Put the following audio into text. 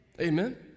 Amen